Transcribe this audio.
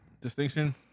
Distinction